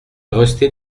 restait